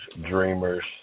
Dreamers